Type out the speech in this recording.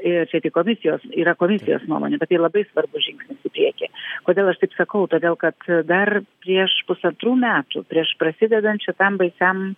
ir čia tik komisijos yra komisijos nuomonė bet tai labai svarbus žingsnis į priekį kodėl aš taip sakau todėl kad dar prieš pusantrų metų prieš prasidedant šitam baisiam